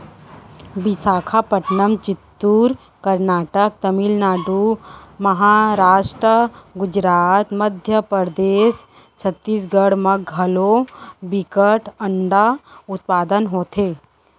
बिसाखापटनम, चित्तूर, करनाटक, तमिलनाडु, महारास्ट, गुजरात, मध्य परदेस, छत्तीसगढ़ म घलौ बिकट अंडा उत्पादन होथे